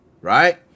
Right